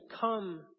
come